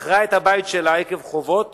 היא מכרה את הבית שלה עקב חובות